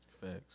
Facts